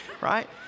right